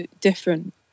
different